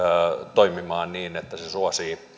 toimimaan niin että se suosii